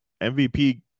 MVP